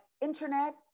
internet